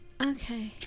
Okay